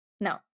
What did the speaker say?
No